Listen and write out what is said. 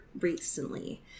recently